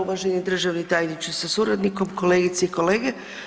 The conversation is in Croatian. Uvaženi državni tajniče sa suradnikom, kolegice i kolege.